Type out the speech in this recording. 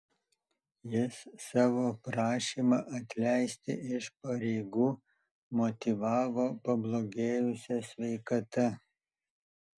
jis savo prašymą atleisti iš pareigų motyvavo pablogėjusia sveikata